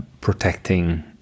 protecting